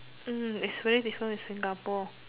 mm is really different with Singapore